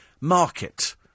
Market